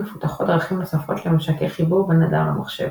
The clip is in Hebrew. מפותחות דרכים נוספות לממשקי חיבור בין האדם למחשב,